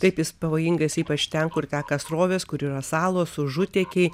taip jis pavojingas ypač ten kur teka srovės kur yra salos užutekiai